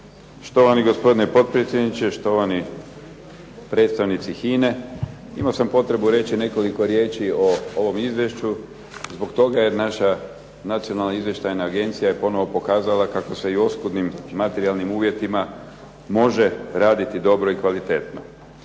Štovani gospodine potpredsjedniče, štovani predstavnici HINA-e. Imao sam potrebu reći nekoliko riječi o ovom izvješću zbog toga jer naša Nacionalna izvještajna agencija je ponovno pokazala kakao se i u oskudnim materijalnim uvjetima može raditi dobro i kvalitetno.